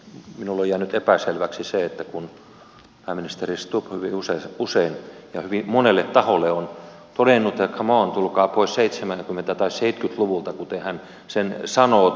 minulle on jäänyt epäselväksi se kun pääministeri stubb hyvin usein ja hyvin monelle taholle on todennut että come on tulkaa pois seitsemänkymmentäluvulta tai seitkytluvulta kuten hän sen sanoo